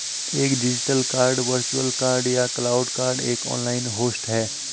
एक digital card virtual card या cloud card एक ऑनलाइन होस्ट है